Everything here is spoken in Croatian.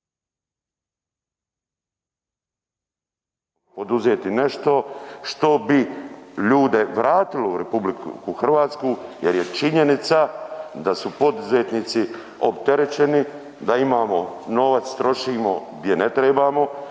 poduzeti nešto što bi ljude vratilo u RH jer je činjenica da su poduzetnici opterećeni da imamo novac, trošimo gdje ne trebamo,